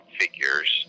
figures